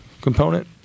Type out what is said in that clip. component